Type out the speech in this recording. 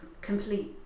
complete